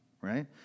Right